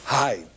Hi